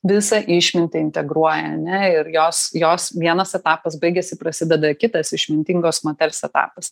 visą išmintį integruoja ane ir jos jos vienas etapas baigėsi prasideda kitas išmintingos moters etapas